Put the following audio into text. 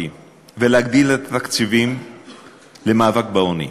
ולהגדיל את התקציבים למאבק בעוני.